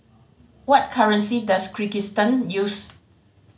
what currency does Kyrgyzstan use